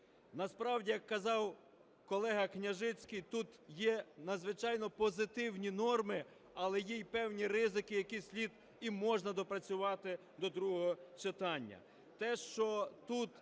Насправді, як казав колега Княжицький, тут є надзвичайно позитивні норми, але є і певні ризики, які слід і можна доопрацювати до другого читання.